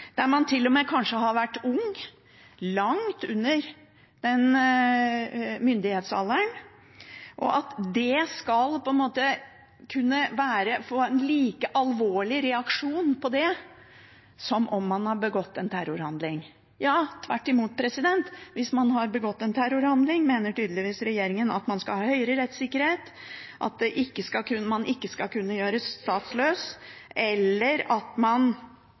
på en måte skal kunne gi en like alvorlig reaksjon som om man har begått en terrorhandling. Og tvert imot: Hvis man har begått en terrorhandling, mener tydeligvis regjeringen at man skal ha høyere rettsikkerhet, at man ikke skal kunne bli gjort statsløs, eller at man ikke skal kunne dømmes for handlinger begått før man